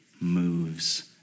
moves